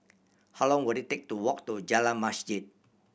how long will it take to walk to Jalan Masjid